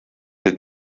die